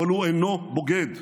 אבל הוא אינו בוגד".